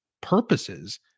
purposes